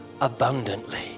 abundantly